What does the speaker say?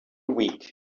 week